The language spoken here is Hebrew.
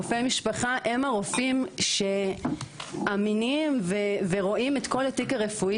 רופאי משפחה הם הרופאים שאמינים ורואים את כל התיק הרפואי